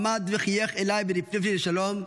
הוא עמד וחייך אליי ונפנף לי לשלום,